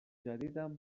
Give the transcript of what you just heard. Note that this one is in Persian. جدیدم